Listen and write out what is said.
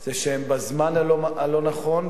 נכון.